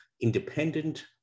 independent